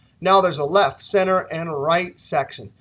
now, there's a left, center, and right section.